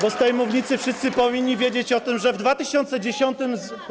Bo z tej mównicy wszyscy powinni wiedzieć o tym, ile w roku 2010.